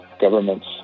governments